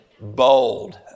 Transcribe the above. bold